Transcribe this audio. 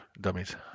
dummies